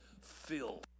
Fill